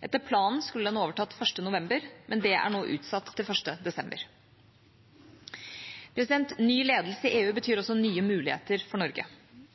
Etter planen skulle den overtatt 1. november, men dette er nå utsatt til 1. desember. Ny ledelse i EU betyr også nye muligheter for Norge.